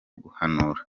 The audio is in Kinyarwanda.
guhanura